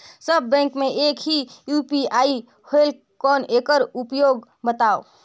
सब bank मे एक ही यू.पी.आई होएल कौन एकर उपयोग बताव?